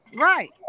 Right